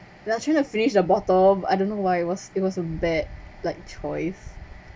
like actually I finished the bottle I don't know why was it was a bad like choice